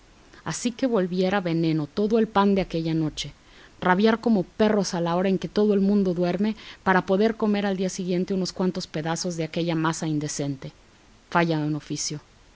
así se volviera veneno todo el pan de aquella noche rabiar como perros a la hora en que todo el mundo duerme para poder comer al día siguiente unos cuantos pedazos de aquella masa indecente vaya un oficio